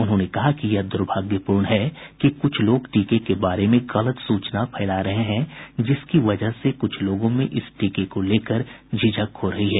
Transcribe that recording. उन्होंने कहा कि यह दुर्भाग्यपूर्ण है कि कुछ लोग टीके के बारे में गलत सूचना फैला रहे हैं जिसकी वजह से कुछ लोगों में इस टीके को लेकर झिझक हो रही है